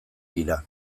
dira